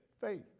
faith